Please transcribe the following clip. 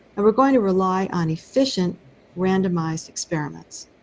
and we're going to rely on efficient randomized experiments.